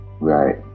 Right